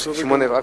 בסדר גמור.